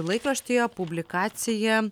laikraštyje publikacija